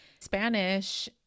spanish